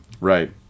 Right